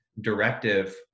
directive